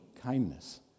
kindness